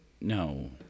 no